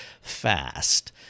fast